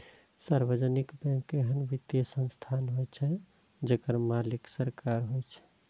सार्वजनिक बैंक एहन वित्तीय संस्थान होइ छै, जेकर मालिक सरकार होइ छै